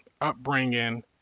upbringing